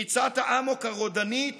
ריצת האמוק הרודנית